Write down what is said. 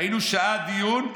היית איתי בוועדה, היינו שעה בדיון.